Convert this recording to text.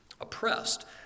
oppressed